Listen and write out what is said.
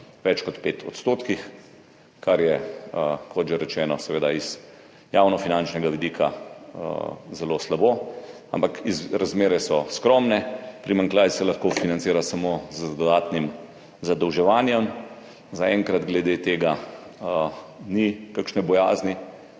več kot 5 odstotkih, kar je, kot že rečeno, seveda iz javnofinančnega vidika zelo slabo, ampak razmere so skromne. Primanjkljaj se lahko financira samo z dodatnim zadolževanjem. Zaenkrat glede tega ni kakšne bojazni,